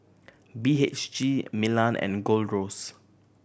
B H G Milan and Gold Roast